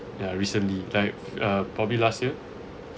ya recently like uh probably last year